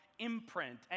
imprint